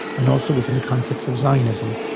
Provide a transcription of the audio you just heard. and also within the context of zionism.